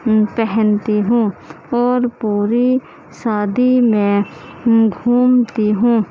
پہنتی ہوں اور پوری شادی میں گھومتی ہوں